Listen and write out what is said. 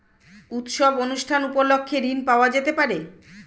উৎসব অনুষ্ঠান উপলক্ষে ঋণ পাওয়া যেতে পারে?